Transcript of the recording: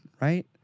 right